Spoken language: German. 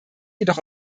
jedoch